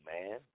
man